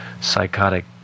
psychotic